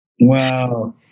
wow